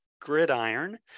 Gridiron